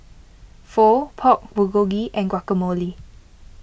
Pho Pork Bulgogi and Guacamole